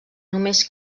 només